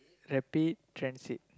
rapid transit